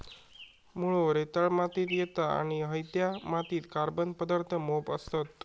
मुळो रेताळ मातीत येता आणि हयत्या मातीत कार्बन पदार्थ मोप असतत